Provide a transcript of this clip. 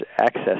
access